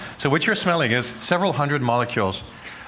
so what you're smelling is several hundred molecules